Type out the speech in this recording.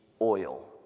oil